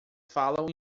falam